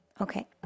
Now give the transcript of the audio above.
Okay